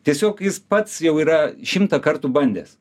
tiesiog jis pats jau yra šimtą kartų bandęs